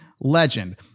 legend